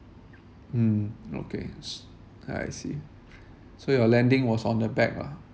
mm okay I see so your landing was on the back lah